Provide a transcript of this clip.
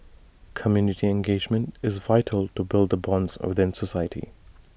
community engagement is vital to build the bonds within society